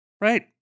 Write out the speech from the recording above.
right